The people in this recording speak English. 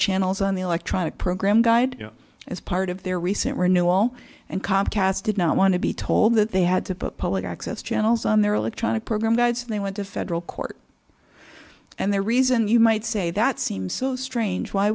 channels on the electronic program guide as part of their recent renewal and comcast did not want to be told that they had to put public access channels on their electronic program guides they went to federal court and the reason you might say that seems so strange why